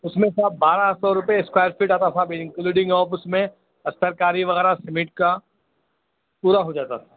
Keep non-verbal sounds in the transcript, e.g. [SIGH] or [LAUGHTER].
اُس میں صاحب بارہ سو روپئے اسکوائر فٹ [UNINTELLIGIBLE] انکلوڈنگ آف اُس میں اور سرکاری وغیرہ سیمیٹ کا پورا ہو جاتا صاحب